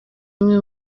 bimwe